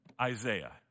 Isaiah